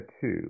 two